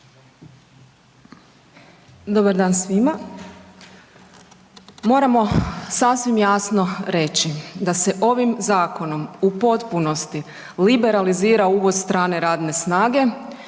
Dobar dan svima. Moramo sasvim jasno reći da se ovim zakonom u potpunosti liberalizira uvoz strane radne snage